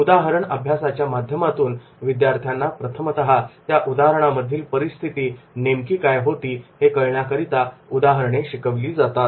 उदाहरणअभ्यासाच्या माध्यमातून विद्यार्थ्यांना प्रथमतः त्या उदाहरणामधील परिस्थिती नेमकी काय होती हे कळण्याकरिता उदाहरणे शिकविली जातात